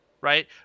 right